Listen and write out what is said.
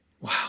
Wow